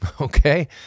Okay